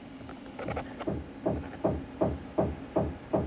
ya